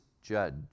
Judge